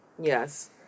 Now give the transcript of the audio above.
Yes